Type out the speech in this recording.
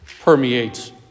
permeates